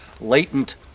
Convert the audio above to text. latent